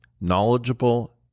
knowledgeable